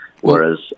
whereas